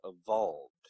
evolved